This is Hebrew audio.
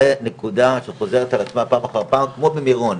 זו נקודה שחוזרת על עצמה פעם אחרי פעם כמו במירון.